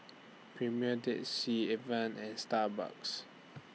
Premier Dead Sea Evian and Starbucks